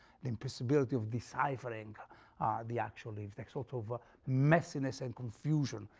and impossibility of deciphering the actual leaves, like sort of ah messiness and confusion,